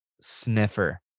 sniffer